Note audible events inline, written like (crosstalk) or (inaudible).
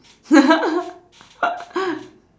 (laughs)